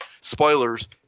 Spoilers